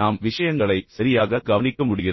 நாம் விஷயங்களை சரியாக கவனிக்க முடிகிறது